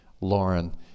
Lauren